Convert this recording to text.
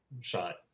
shot